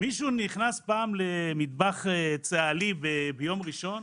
מישהו נכנס פעם למטבח צה"לי ביום ראשון?